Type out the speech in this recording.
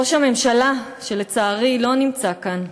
ראש הממשלה, שלצערי לא נמצא כאן,